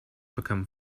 become